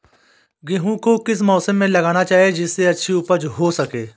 गेहूँ को किस मौसम में लगाना चाहिए जिससे अच्छी उपज हो सके?